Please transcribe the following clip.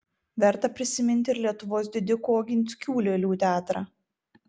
verta prisiminti ir lietuvos didikų oginskių lėlių teatrą